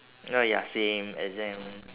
uh ya same exams